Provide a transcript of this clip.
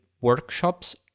workshops